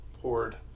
poured